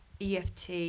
EFT